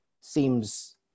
seems